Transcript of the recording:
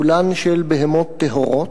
כולן של בהמות טהורות,